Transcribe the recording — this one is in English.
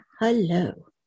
hello